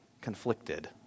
conflicted